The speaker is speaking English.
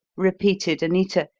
repeated anita,